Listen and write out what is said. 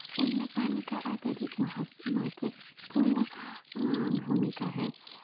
उनमें पानी का अत्यधिक महत् महत्वपूर्ण भूमिका है